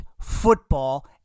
football